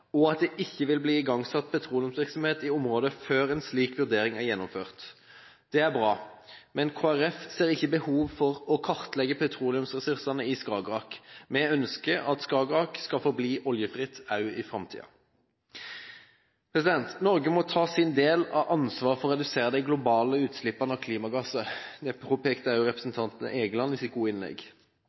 og at det ikke vil bli igangsatt petroleumsvirksomhet i området før en slik vurdering er gjennomført. Det er bra – men Kristelig Folkeparti ser ikke behov for å kartlegge petroleumsressursene i Skagerrak. Vi ønsker at Skagerrak skal forbli oljefritt også i framtiden. Norge må ta sin del av ansvaret for å redusere de globale utslippene av klimagasser. Dette påpekte også representanten Egeland i sitt gode innlegg.